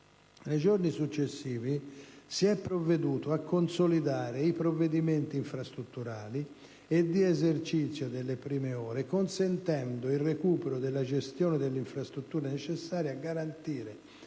Nei giorni successivi si è provveduto a consolidare i provvedimenti infrastrutturali e di esercizio delle prime ore, consentendo il recupero della gestione delle infrastrutture necessarie a garantire